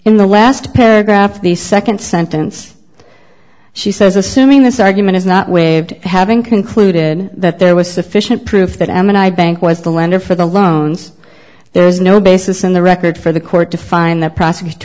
in the last paragraph of the second sentence she says assuming this argument is not waived having concluded that there was sufficient proof that m and i bank was the lender for the loans there's no basis in the record for the court to find that prosecutor